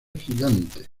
gigante